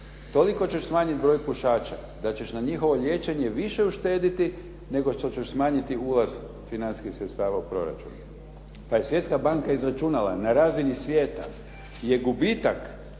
toliko ćeš smanjiti broj pušača da ćeš na njihovo liječenje više uštediti nego što ćeš smanjiti ulaz financijskih sredstava u proračun. Pa je Svjetska banka izračunala na razini svijeta je gubitak